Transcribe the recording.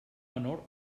menor